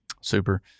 Super